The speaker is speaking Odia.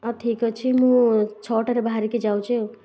ହଉ ଠିକ୍ ଅଛି ମୁଁ ଛଅଟାରେ ବାହାରିକି ଯାଉଛି ଆଉ